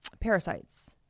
parasites